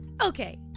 Okay